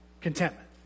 contentment